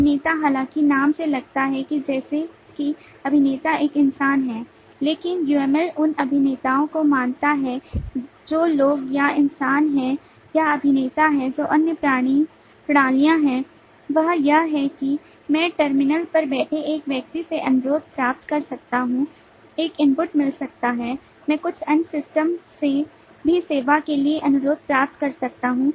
अभिनेता हालांकि नाम से लगता है कि जैसे कि अभिनेता एक इंसान है लेकिन UML उन अभिनेताओं को मानता है जो लोग या इंसान हैं या अभिनेता हैं जो अन्य प्रणालियां हैं वह यह है कि मैं टर्मिनल पर बैठे एक व्यक्ति से अनुरोध प्राप्त कर सकता हूं एक इनपुट मिल सकता है मैं कुछ अन्य सिस्टम से भी सेवा के लिए अनुरोध प्राप्त कर सकता हूं